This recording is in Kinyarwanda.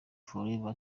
forever